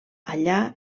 allà